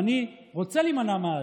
ואני רוצה להימנע מהעדיף.